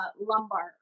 lumbar